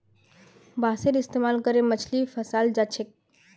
बांसेर इस्तमाल करे मछली फंसाल जा छेक